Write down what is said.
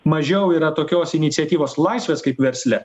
mažiau yra tokios iniciatyvos laisvės kaip versle